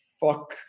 fuck